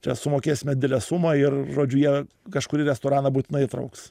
čia sumokėsime didelę sumą ir žodžiu jie kažkurį restoraną būtinai įtrauks